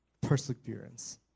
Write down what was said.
perseverance